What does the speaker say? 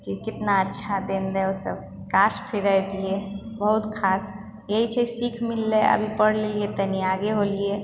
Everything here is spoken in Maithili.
कि कितना अच्छा दिन रहय उसब काश फिर ऐतियै बहुत खास एहीसँ सीख मिलले अभी पढ़लियै तनि आगे होलियै